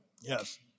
Yes